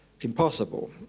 impossible